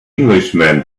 englishman